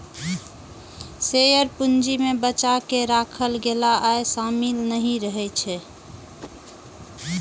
share पूंजी मे बचा कें राखल गेल आय शामिल नहि रहै छै